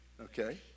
Okay